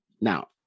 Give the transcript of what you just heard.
Now